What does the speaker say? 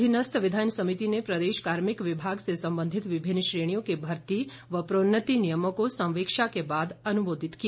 अधीनस्थ विधायन समिति ने प्रदेश कार्मिक विभाग से संबंधित विभिन्न श्रेणियों के भर्ती व प्रोन्नति नियमों को संवीक्षा के बाद अनुमोदित किया